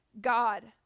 God